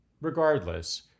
regardless